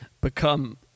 become